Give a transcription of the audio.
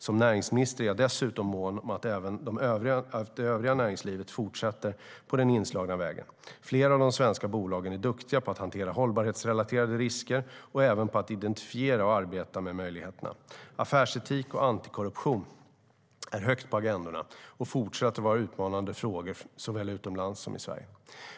Som näringsminister är jag dessutom mån om att även det övriga näringslivet fortsätter på den inslagna vägen. Flera av de svenska bolagen är duktiga på att hantera hållbarhetsrelaterade risker och även på att identifiera och arbeta med möjligheterna. Affärsetik och antikorruption står högt på agendorna och fortsätter att vara utmanande frågor såväl utomlands som i Sverige.